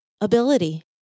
ability